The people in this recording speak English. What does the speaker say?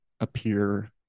appear